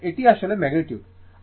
সুতরাং এটি আসলে ম্যাগনিটিউড